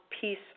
peace